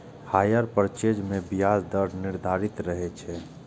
hire purchase मे ब्याज दर निर्धारित रहै छै